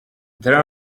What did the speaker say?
there